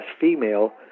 female